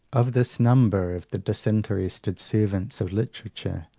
of this number of the disinterested servants of literature,